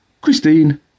Christine